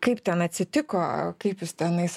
kaip ten atsitiko kaip jūs tenais